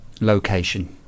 location